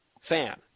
fan